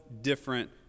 different